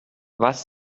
was